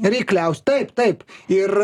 reikliausi taip taip ir